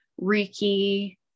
Reiki